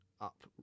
up